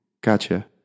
Gotcha